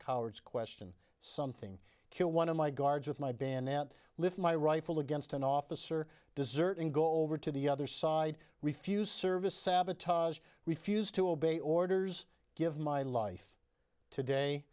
coward question something kill one of my guards with my band that lift my rifle against an officer dessert and go over to the other side refuse service sabotage refuse to obey orders give my life today